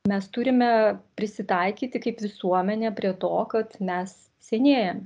mes turime prisitaikyti kaip visuomenė prie to kad mes senėjame